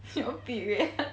your period